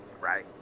right